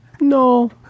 no